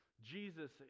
Jesus